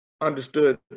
understood